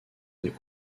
des